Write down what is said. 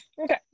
Okay